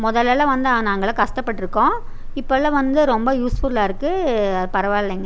முதல்லலாம் வந்தால் நாங்கெலாம் கஷ்டபட்ருக்கோம் இப்பெலாம் வந்து ரொம்ப யூஸ்ஃபுல்லாக இருக்குது பரவாயில்லைங்க